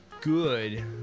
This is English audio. Good